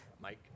Mike